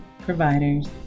providers